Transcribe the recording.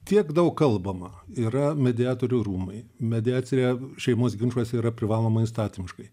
tiek daug kalbama yra mediatorių rūmai mediacija šeimos ginčuose yra privaloma įstatymiškai